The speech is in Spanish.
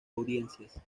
audiencias